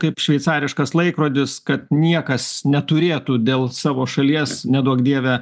kaip šveicariškas laikrodis kad niekas neturėtų dėl savo šalies neduok dieve